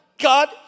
God